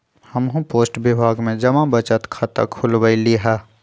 हम्हू पोस्ट विभाग में जमा बचत खता खुलवइली ह